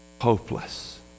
hopeless